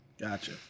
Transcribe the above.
Gotcha